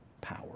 power